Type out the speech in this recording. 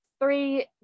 three